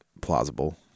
plausible